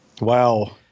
Wow